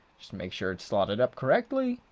just make sure it's slotted up correctly